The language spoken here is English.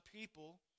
people